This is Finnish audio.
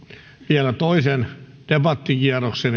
vielä toisen debattikierroksen